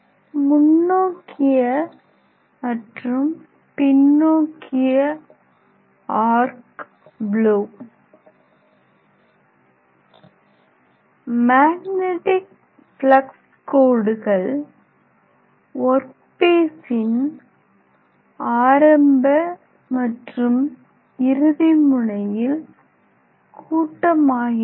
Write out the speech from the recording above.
முன்னோக்கிய மற்றும் பின்னோக்கிய ஆர்க் ப்லோ மேக்னெட்டிக் பிளக்ஸ் கோடுகள் ஒர்க் பீசின் ஆரம்ப மற்றும் இறுதி முனையில் கூட்டமாகின்றன